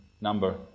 number